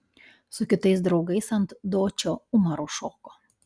su kitais draugais ant dočio umaru šoko